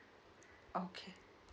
okay